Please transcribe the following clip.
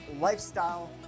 Lifestyle